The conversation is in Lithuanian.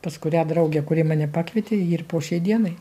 pas kurią draugę kuri mane pakvietė ji ir po šiai dienai